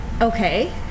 Okay